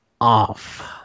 off